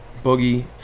Boogie